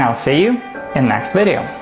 i'll see you in next video.